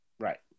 Right